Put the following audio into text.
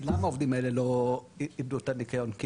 למה העובדים האלה איבדו את הניכיון,